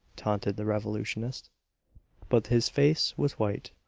taunted the revolutionist but his face was white.